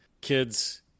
kids